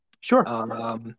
Sure